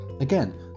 Again